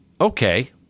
okay